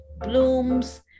blooms